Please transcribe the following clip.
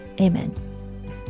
Amen